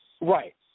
Right